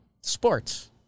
Sports